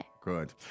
Good